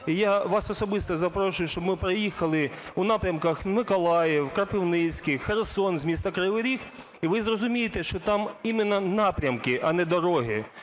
я вас особисто запрошую, щоб ми проїхали у напрямках: Миколаїв, Кропивницький, Херсон з міста Кривий Ріг, - і ви зрозумієте, що там іменно напрямки, а не дороги.